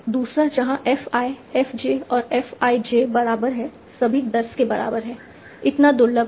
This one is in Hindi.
दूसरा जहाँ f i f j और f i j बराबर है सभी 10 के बराबर हैं इतना दुर्लभ नहीं